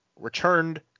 returned